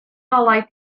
ngolau